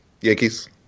Yankees